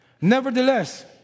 Nevertheless